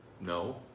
No